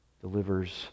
Delivers